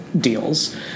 deals